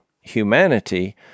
humanity